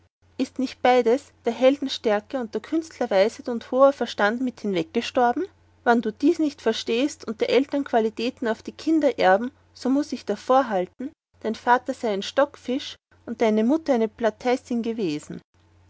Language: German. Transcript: ist nicht beides der helden stärke und der künstler weisheit und hoher verstand mit hinweggestorben wann du dies nicht verstehest und der eltern qualitäten auf die kinder erben so muß ich davorhalten dein vatter sei ein stockfisch und deine mutter ein plateissin gewesen